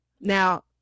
now